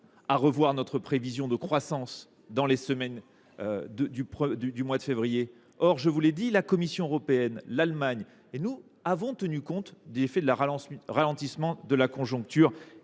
à revoir notre prévision de croissance durant ce mois de février. Or, je vous l’ai dit, la Commission européenne, l’Allemagne et nous mêmes avons tenu compte des effets du ralentissement de la conjoncture